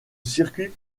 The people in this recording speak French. circuit